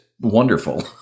wonderful